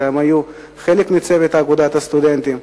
כשהם היו חלק מצוות אגודת הסטודנטים,